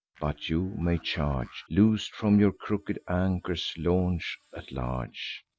but you, my charge, loos'd from your crooked anchors, launch at large,